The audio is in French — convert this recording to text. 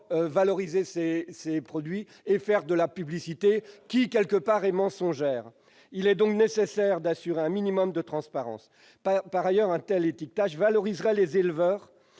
valoriser ses produits et faire de la publicité d'une certaine manière mensongère. Il est donc nécessaire d'assurer un minimum de transparence. En outre, un tel étiquetage valoriserait les éleveurs,